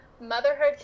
motherhood